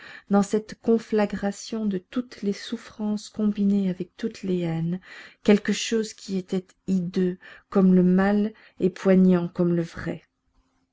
dans cette conflagration de toutes les souffrances combinées avec toutes les haines quelque chose qui était hideux comme le mal et poignant comme le vrai